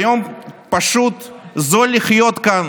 והיום פשוט זול לחיות כאן